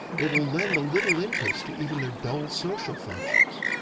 it will lend a little interest to even their dull social functions.